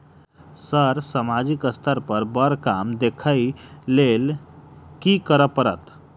Sir सामाजिक स्तर पर बर काम देख लैलकी करऽ परतै?